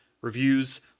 reviews